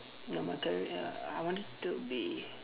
normal career I wanted to be